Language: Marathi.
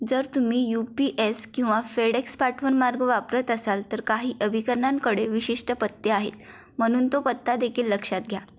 जर तुम्ही यू पी एस किंवा फेडेक्स पाठवण मार्ग वापरत असाल तर काही अभिकरणांकडे विशिष्ट पत्ते आहेत म्हणून तो पत्ता देखील लक्षात घ्या